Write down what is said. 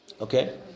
Okay